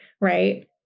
Right